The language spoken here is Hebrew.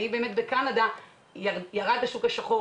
האם בקנדה ירד השוק השחור?